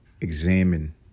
examine